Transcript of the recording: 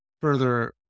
further